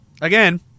again